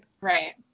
right